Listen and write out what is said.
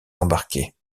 embarqués